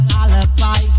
alibi